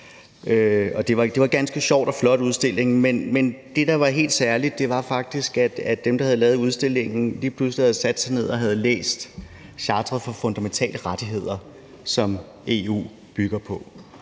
Det var ganske sjovt og en flot udstilling. Men det, der var helt særligt, var faktisk, at dem, der havde lavet udstillingen, havde sat sig ned og læst charteret for fundamentale rettigheder, som EU bygger på.